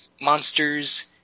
monsters